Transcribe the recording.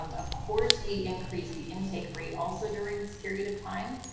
um of course, we increase the intake rate also during this period of time,